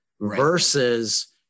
versus